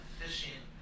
fishing